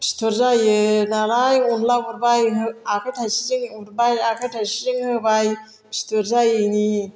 फिथर जायोनालाय अनद्ला उरबाय आखाइ थाइसेजों उरबाय आखाइ थाइसेजों होबाय फिथर जायैनि